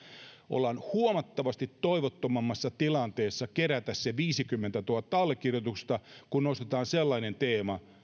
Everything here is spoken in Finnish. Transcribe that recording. ollaan huomattavasti toivottomammassa tilanteessa kerätä se viisikymmentätuhatta allekirjoitusta kuin jos nostetaan esiin sellainen teema